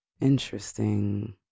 interesting